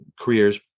careers